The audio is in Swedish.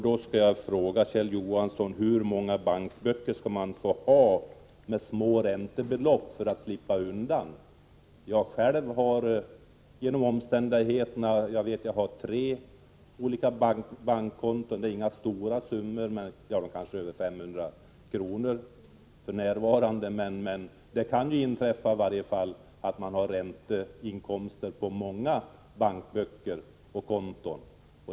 Då skall jag fråga Kjell Johansson: Hur många bankböcker skall man få ha med små räntebelopp för att slippa undan? Jag har själv genom omständigheterna tre olika bankkonton. Det är inga stora summor, men kanske över 500 kr. för närvarande. Så det kan inträffa att man har ränteinkomster på många bankkonton.